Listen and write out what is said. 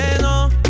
no